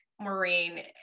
maureen